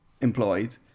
employed